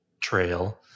trail